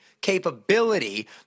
capability